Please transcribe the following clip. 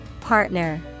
Partner